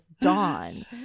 Dawn